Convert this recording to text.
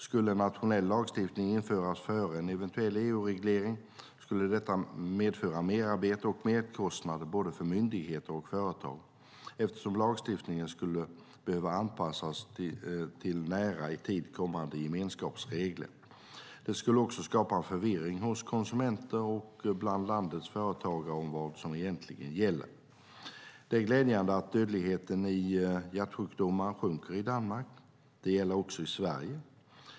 Skulle en nationell lagstiftning införas före en eventuell EU-reglering skulle detta medföra merarbete och merkostnader för både myndigheter och företag eftersom lagstiftningen skulle behöva anpassas till nära i tid kommande gemenskapsregler. Det skulle också skapa en förvirring hos konsumenter och bland landets företagare om vad som egentligen gäller. Det är glädjande att dödligheten i hjärtsjukdomar sjunker i Danmark. Det gäller också i Sverige.